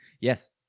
yes